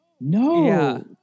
no